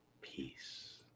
Peace